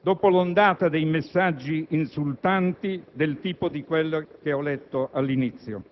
dopo l'ondata dei messaggi insultanti del tipo di quello letto all'inizio.